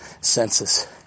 senses